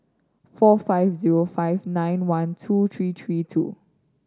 four five zero five nine one two three three two